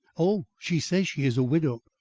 oh, she says she is a widow,